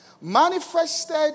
manifested